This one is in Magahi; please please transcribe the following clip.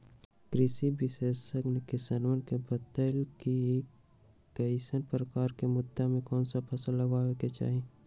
कृषि विशेषज्ञ ने किसानवन के बतल कई कि कईसन प्रकार के मृदा में कौन सा फसल लगावे के चाहि